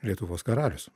lietuvos karalius